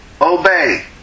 Obey